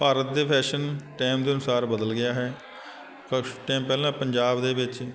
ਭਾਰਤ ਦੇ fashion time ਦੇ ਅਨੁਸਾਰ ਬਦਲ ਗਿਆ ਹੈ ਕੁਛ ਟਾਈਮ ਪਹਿਲਾਂ ਪੰਜਾਬ ਦੇ ਵਿੱਚ